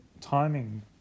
timing